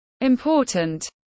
important